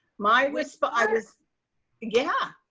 my whisper, i was yeah.